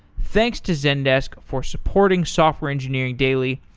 thanks to zendesk for supporting software engineering daily,